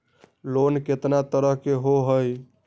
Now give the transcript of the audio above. Loan केतना तरह के होअ हई?